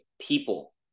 people